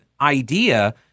idea